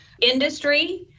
industry